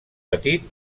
petit